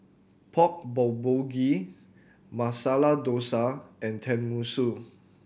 Pork Bulgogi Masala Dosa and Tenmusu